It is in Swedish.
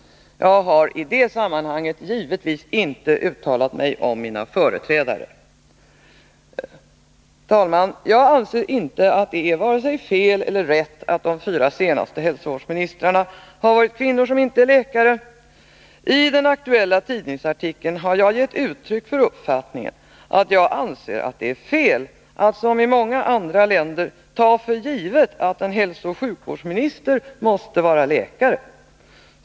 Jag har i det sammanhanget givetvis inte uttalat mig om mina företrädare. Herr talman! Jag anser inte att det är vare sig fel eller rätt att de fyra senaste hälsovårdsministrarna har varit kvinnor som inte är läkare. I den aktuella tidningsartikeln har jag gett uttryck för uppfattningen att jag anser att det är fel att som i många andra länder ta för givet att en hälsooch sjukvårdsminister måste vara läkare.